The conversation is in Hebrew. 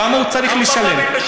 כמה הוא צריך לשלם?